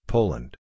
Poland